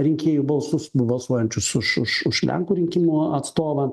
rinkėjų balsus balsuojančius už už už lenkų rinkimų atstovą